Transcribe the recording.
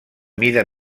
mida